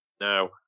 Now